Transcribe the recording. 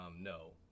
no